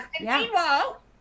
Meanwhile